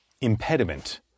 impediment